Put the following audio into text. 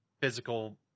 physical